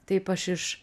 taip aš iš